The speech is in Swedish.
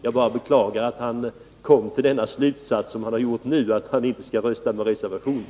Jag beklagar bara att Nils Carlshamre kom till slutsatsen att han inte nu skall rösta på reservationen.